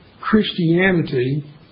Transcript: Christianity